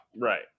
Right